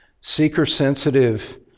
seeker-sensitive